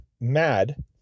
mad